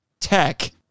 tech